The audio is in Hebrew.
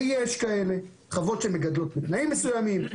ויש חוות שמגדלות בתנאים מסוימים,